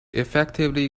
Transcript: effectively